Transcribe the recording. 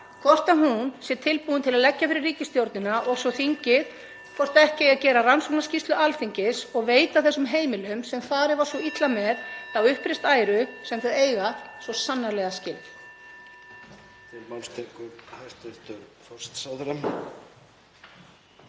hvort hún sé tilbúin til að leggja fyrir ríkisstjórnina og svo þingið (Forseti hringir.) hvort ekki eigi að gera rannsóknarskýrslu Alþingis og veita þessum heimilum sem farið var svo illa með þá uppreisn æru sem þau eiga svo sannarlega skilið.